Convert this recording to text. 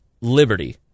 liberty